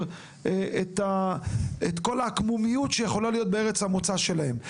את כל העקמומיות שעלולה להיות בארץ המוצא שלהם.